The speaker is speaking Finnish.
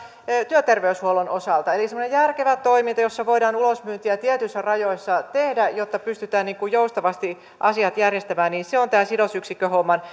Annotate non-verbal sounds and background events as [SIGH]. työterveyshuollon osalta eli semmoinen järkevä toiminta jossa voidaan ulosmyyntiä tietyissä rajoissa tehdä jotta pystytään joustavasti asiat järjestämään on tämän sidosyksikköhomman [UNINTELLIGIBLE]